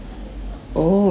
oh is